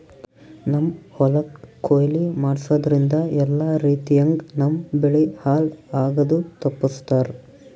ನಮ್ಮ್ ಹೊಲಕ್ ಕೊಯ್ಲಿ ಮಾಡಸೂದ್ದ್ರಿಂದ ಎಲ್ಲಾ ರೀತಿಯಂಗ್ ನಮ್ ಬೆಳಿ ಹಾಳ್ ಆಗದು ತಪ್ಪಸ್ತಾರ್